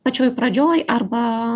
pačioj pradžioj arba